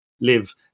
live